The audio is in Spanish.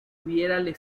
hubiérale